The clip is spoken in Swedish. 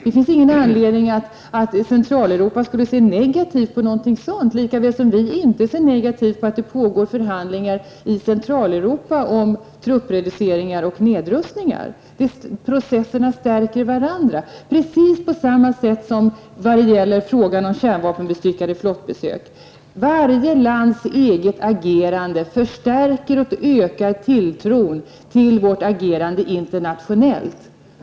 Det finns ingen anledning för Centraleuropa att se negativt på något sådant, lika väl som vi inte ser negativt på att det pågår förhandlingar i Centraleuropa om truppreduceringar och nedrustningar. Processerna stärker varandra precis på samma sätt som när det gäller kärnvapenbestyckade fartyg på besök. Varje lands eget agerande förstärker och ökar tilltron till det internationella agerandet.